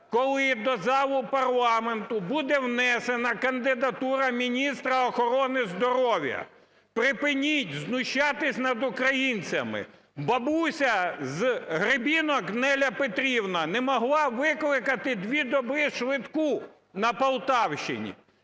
коли до залу парламенту буде внесена кандидатура міністра охорони здоров'я? Припиніть знущатися над українцями! Бабуся з Гребінок Неля Петрівна не могла викликати 2 доби швидку на Полтавщині.